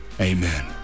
amen